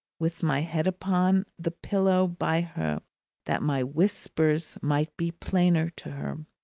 with my head upon the pillow by her that my whispers might be plainer to her,